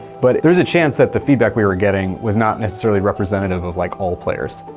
but there was a chance that the feedback we were getting was not necessarily representative of, like, all players.